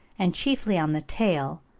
and chiefly on the tail,